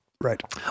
Right